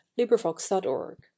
LibriVox.org